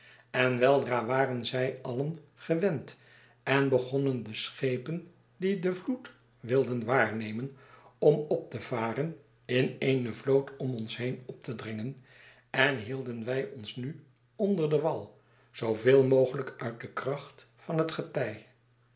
en weldra waren zij alien gewend en begonnen de schepen die den vloed wilden waarnemen om op te varen in eene vloot om ons heen op te dringen en hielden wij ons nu onder den wal zooveel mogelijk uit de kracht van het getij